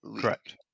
Correct